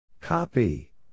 Copy